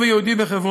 קשור?